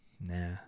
Nah